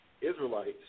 Israelites